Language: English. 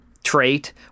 trait